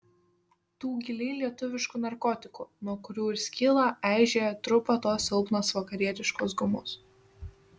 tų giliai lietuviškų narkotikų nuo kurių ir skyla eižėja trupa tos silpnos vakarietiškos gumos